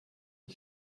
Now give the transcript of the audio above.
und